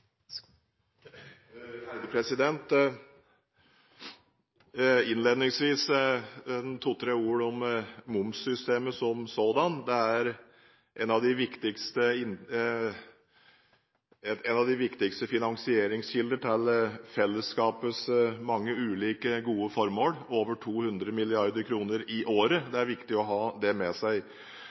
en av de viktigste finansieringskildene til fellesskapets mange ulike gode formål – over 200 mrd. kr i året. Det er viktig å ha det med seg.